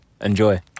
Enjoy